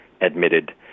admitted